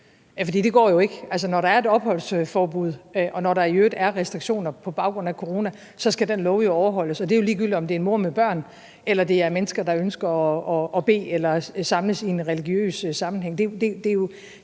det går jo ikke. Altså, når der er et opholdsforbud, og når der i øvrigt er restriktioner på baggrund af corona, skal den lov jo overholdes, og det er ligegyldigt, om det er en mor med børn eller det er mennesker, der ønsker at bede eller samles i en religiøs sammenhæng.